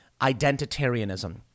identitarianism